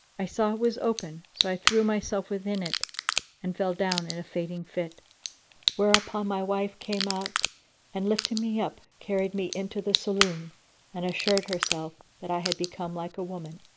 i saw it was open, so i threw myself within it and fell down in a fainting fit whereupon my wife came out and lifting me up, carried me into the saloon and assured herself that i had become like a woman.